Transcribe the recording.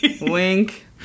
Wink